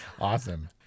awesome